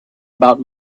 about